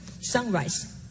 sunrise